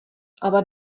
aber